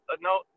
no